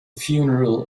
funeral